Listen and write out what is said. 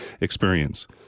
experience